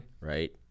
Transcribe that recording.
right